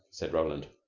said roland.